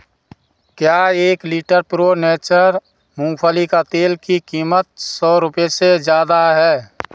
क्या एक litre pro nature मूँगफ़ली का तेल की कीमत सौ रुपये से ज़्यादा है